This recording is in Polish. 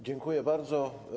Dziękuję bardzo.